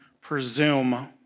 presume